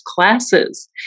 classes